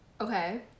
Okay